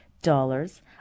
dollars